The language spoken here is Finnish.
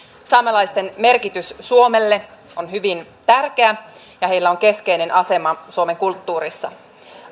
saamelaisten merkitys suomelle on hyvin tärkeä ja heillä on keskeinen asema suomen kulttuurissa